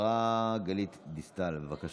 השרה גלית דיסטל, בבקשה.